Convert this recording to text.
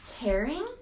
caring